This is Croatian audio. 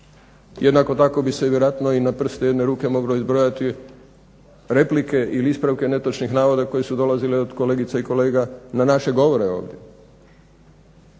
Jednako tako bi se i vjerojatno i na prste jedne ruke moglo izbrojati replike ili ispravke netočnih navoda koje su dolazile od kolegica i kolega na naše govore ovdje.